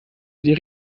über